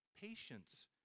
patience